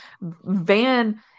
Van